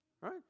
right